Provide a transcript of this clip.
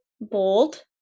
bold